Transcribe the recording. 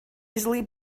easily